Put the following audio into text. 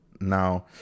Now